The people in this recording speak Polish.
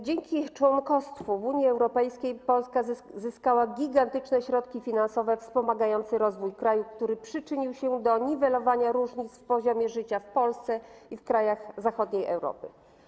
Dzięki członkostwu w Unii Europejskiej Polska zyskała gigantyczne środki finansowe wspomagające rozwój kraju, które przyczyniły się do niwelowania różnic w poziomie życia w Polsce i w krajach zachodniej Europy.